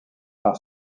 par